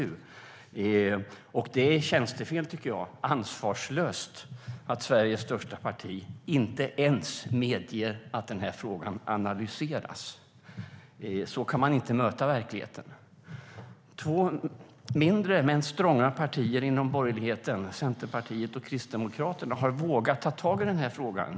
Jag tycker att det är tjänstefel och ansvarslöst att Sveriges största parti inte ens medger att den här frågan analyseras. Så kan man inte möta verkligheten. Två mindre men stronga partier inom borgerligheten, Centerpartiet och Kristdemokraterna, har vågat ta tag i frågan.